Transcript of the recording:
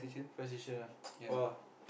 five station ah !wah!